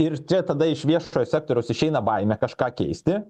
ir čia tada iš viešojo sektoriaus išeina baimė kažką keisti